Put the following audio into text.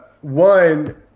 one –